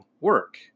work